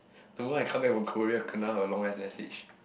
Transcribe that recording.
know I come back from Korea kena long S_S_H